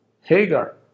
Hagar